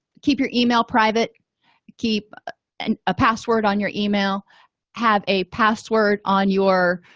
keep your email private keep and a password on your email have a password on your